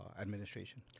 administration